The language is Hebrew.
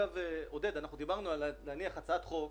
עודד, דיברנו על הנחת הצעת חוק